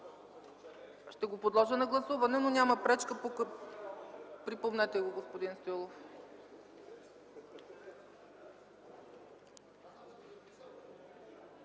Ще го подложа на гласуване, но няма пречка. Припомнете го, господин Стоилов.